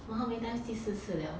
!wah! how many times 第四次 [liao] [le]